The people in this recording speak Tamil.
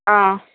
ஆ